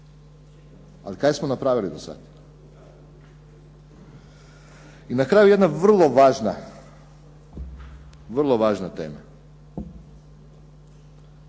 Ali kaj smo napravili do sada? I na kraju jedna vrlo važna, vrlo važna tema.